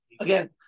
again